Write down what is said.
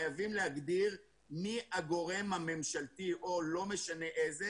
חייבים להגדיר מי הגורם הממשלתי או לא משנה איזה,